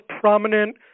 prominent